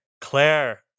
Claire